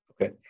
okay